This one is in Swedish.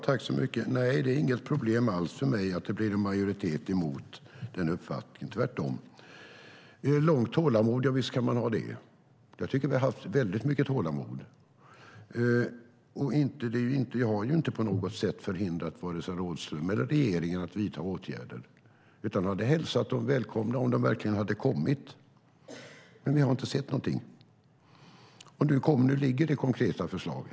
Fru talman! Nej, det är inget problem alls för mig att det blir en majoritet mot, tvärtom. Tålamod - visst ska vi ha det. Jag tycker att vi har haft väldigt mycket tålamod. Jag har inte på något sätt förhindrat vare sig Rådhström eller regeringen att vidta åtgärder. Jag hade hälsat dem välkomna om de verkligen hade kommit, men jag har inte sett någonting. Nu föreligger det konkreta förslag.